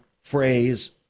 phrase